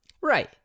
Right